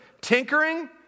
Tinkering